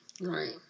Right